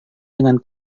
dengan